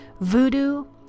voodoo